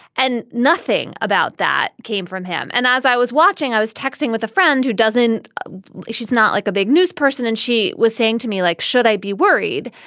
and nothing about that came from him. and as i was watching, i was texting with a friend who doesn't she's not like a big newsperson. and she was saying to me, like, should i be worried?